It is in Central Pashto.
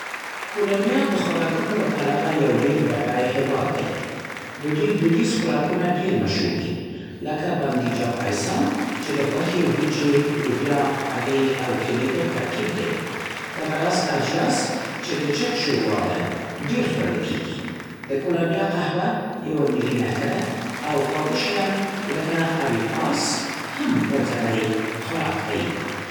کولمبیا د خوراکونو له پلوه یو ډېر بډای هېواد دی. د دوی دودیز خوراکونه ډېر مشهور دي. لکه «باندیجا پایسا» چې د غوښې، وریجو، لوبیا، هګۍ او کیلې ګډ ترکیب دی. دغه راز «آجیاس» چې د چرګ شوروا ده، ډېر خوړل کېږي. د کولمبیا قهوه یوه ملي نښه ده او خواږه شیان لکه «آریپاس» هم ورځنی خوراک دی.